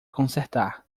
consertar